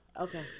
Okay